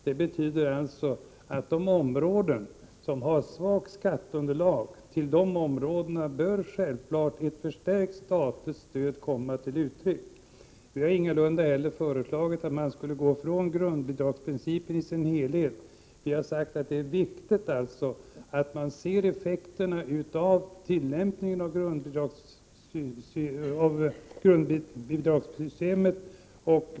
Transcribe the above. Det betyder att ett förstärkt statligt stöd bör ges till de områden som har ett svagt skatteunderlag. Vi har inte heller föreslagit att man skulle gå ifrån grundbidragsprincipen i dess helhet. Vi har sagt att det är viktigt att studera effekterna av tillämpningen av grundbidragssystemet.